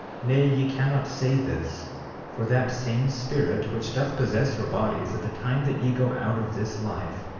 nay, ye cannot say this for that same spirit which doth possess your bodies at the time that ye go out of this life,